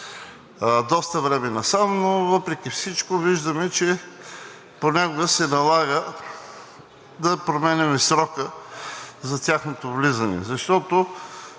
доста време насам, но въпреки всичко виждаме, че понякога се налага да променяме срока за тяхното влизане, защото